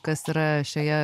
kas yra šioje